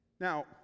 Now